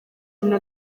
umuntu